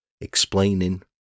explaining